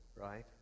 right